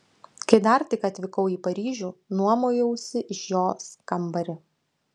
kai dar tik atvykau į paryžių nuomojausi iš jos kambarį